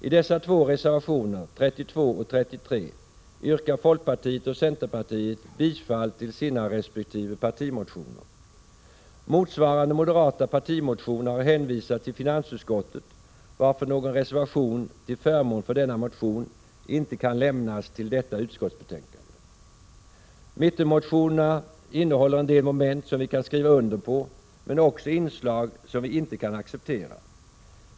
I dessa två reservationer, 32 och 33, yrkar folkpartiet och centerpartiet bifall till sina respektive partimotioner. Motsvarande moderata partimotion har hänvisats till finansutskottet, varför någon reservation till förmån för denna motion inte kan lämnas till detta utskottsbetänkande. Mittenmotionerna innehåller en del moment som vi kan skriva under på, men också inslag som vi inte kan acceptera.